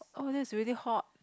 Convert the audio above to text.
oh that's really hot